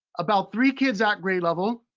about three kids at grade level.